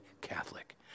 Catholic